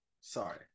Sorry